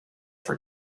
for